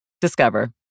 Discover